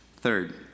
Third